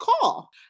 call